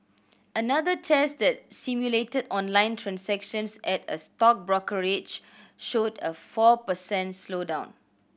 another test that simulated online transactions at a stock brokerage showed a four per cent slowdown